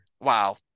Wow